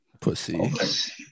Pussy